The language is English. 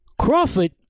Crawford